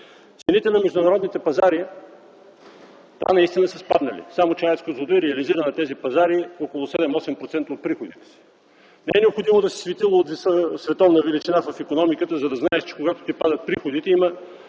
Цените на международните пазари, да, наистина са спаднали, само че АЕЦ „Козлодуй” реализира на тези пазари около 7-8% от приходите. Не е необходимо да си светило от световна величина в икономиката, за да знаеш, че когато ти падат приходите има